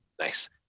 Nice